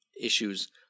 issues